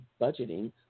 budgeting